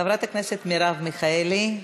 חברת הכנסת מרב מיכאלי,